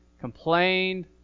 complained